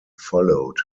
followed